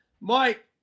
Mike